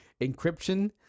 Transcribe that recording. Encryption